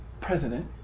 President